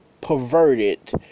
perverted